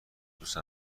دوست